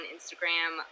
Instagram